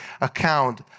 account